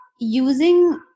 Using